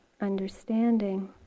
understanding